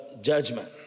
judgment